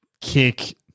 kick